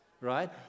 right